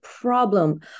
problem